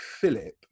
Philip